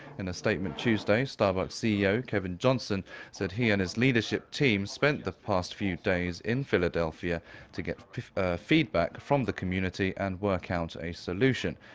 in a statement tuesday, starbucks ceo kevin johnson said he and his leadership team spent the past few days in philadelphia to get feedback from the community and work out a solution.